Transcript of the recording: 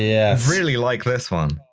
yeah really like this one.